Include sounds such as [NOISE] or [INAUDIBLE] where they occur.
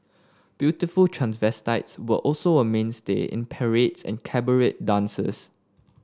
beautiful transvestites were also a mainstay in [UNINTELLIGIBLE] and cabaret dances